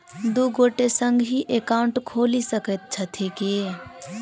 दु गोटे संगहि एकाउन्ट खोलि सकैत छथि की?